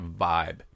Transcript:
vibe